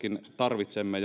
tarvitsemme